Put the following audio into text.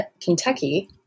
Kentucky